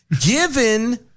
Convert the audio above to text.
Given